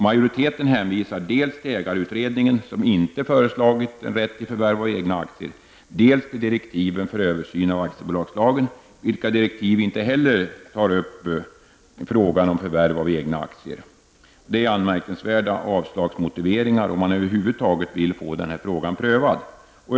Majoriteten hänvisar dels till ägarutredningen, som inte föreslagit en rätt till förvärv av egna aktier, dels till direktiven för översyn av aktiebolagslagen, vilka inte heller tar upp frågan om förvärv av egna aktier. Det är anmärkningsvärda avslagsmotiveringar om man över huvud taget vill få frågan prövad.